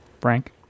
Frank